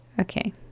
Okay